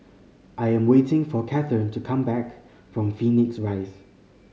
I am waiting for Cathern to come back from Phoenix Rise